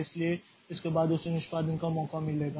इसलिए इसके बाद उसे निष्पादन का मौका मिलेगा